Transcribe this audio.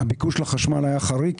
הביקוש לחשמל היה חריג,